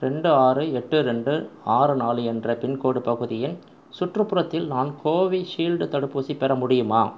ரெண்டு ஆறு எட்டு ரெண்டு ஆறு நாலு என்ற பின்கோட் பகுதியின் சுற்றுப்புறத்தில் நான் கோவிஷீல்டு தடுப்பூசி பெற முடியுமா